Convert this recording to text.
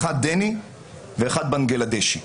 האחד דני ואחד בנגלדשי.